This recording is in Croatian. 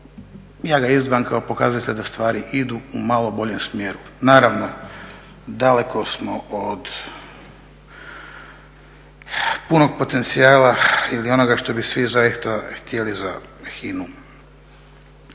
ja ga izdvajam kao pokazatelj da stvari idu u malo boljem smjeru. Naravno, daleko smo od punog potencijala ili onoga što bi svi zaista htjeli za HINA-u.